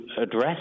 address